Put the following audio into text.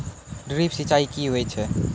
Drip सिंचाई कि होय छै?